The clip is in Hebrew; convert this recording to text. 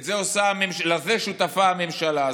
לזה שותפה הממשלה הזאת.